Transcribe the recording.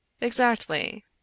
Exactly